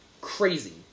crazy